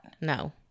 No